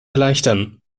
erleichtern